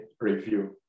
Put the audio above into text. review